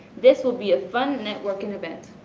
this will be a fun networking event.